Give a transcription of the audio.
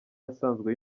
asanzwe